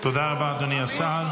תודה רבה, אדוני השר.